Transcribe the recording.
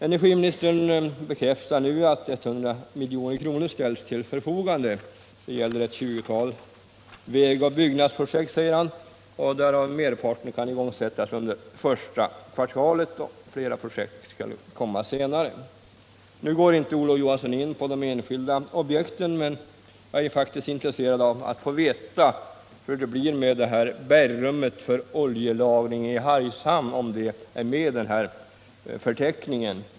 Energiministern bekräftar nu att 100 milj.kr. ställs till förfogande. Det gäller ett 20-tal vägoch byggnadsprojekt, säger han. Merparten av dessa kan igångsättas under första kvartalet. Flera projekt skall komma senare. Nu går Olof Johansson inte in på de enskilda projekten, men jag är faktiskt intresserad av att få veta hur det blir med bergrummet för oljelagring i Hargshamn. Är det med i den här förteckningen?